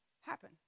happen